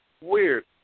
Weird